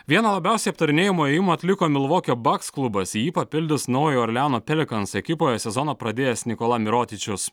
vieną labiausiai aptarinėjamų ėjimų atliko milvokio baks klubas jį papildys naujojo orleano pelikans ekipoje sezoną pradėjęs nikola mirotitičius